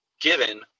given